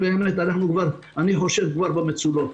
והיא, כמו שאני רואה, כבר במצולות.